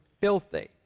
filthy